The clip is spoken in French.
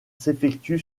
s’effectue